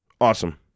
awesome